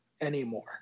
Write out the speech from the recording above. anymore